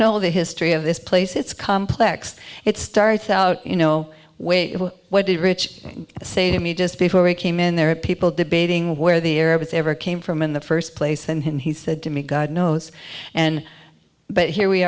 know the history of this place it's complex it starts out you know way what did rich say to me just before we came in there were people debating where the air was ever came from in the first place then he said to me god knows and but here we